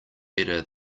better